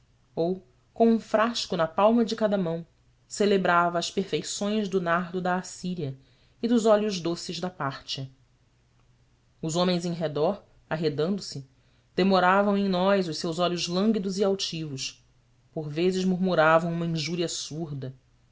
ou com um frasco na palma de cada mão celebrava as perfeições do nardo da assíria e dos óleos doces da pártia os homens em redor arredando se demoravam em nós os seus olhos lânguidos e altivos por vezes murmuravam uma injúria surda